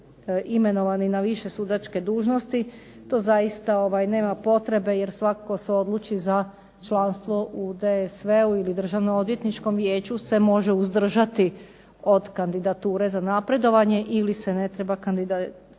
imenovani na više sudačke dužnosti. To zaista nema potrebe jer svatko tko se odluči za članstvo u DSV-u ili Državno odvjetničkom vijeću se može uzdržati od kandidature za napredovanje ili se ne treba kandidirati